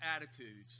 attitudes